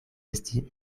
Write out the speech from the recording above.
esti